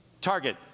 Target